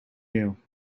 you